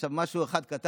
לא, עכשיו, משהו אחד קטן